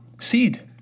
seed